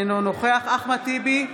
אינו נוכח אחמד טיבי,